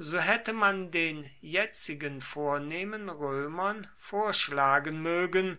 so hätte man den jetzigen vornehmen römern vorschlagen mögen